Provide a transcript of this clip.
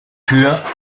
tür